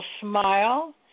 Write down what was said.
smile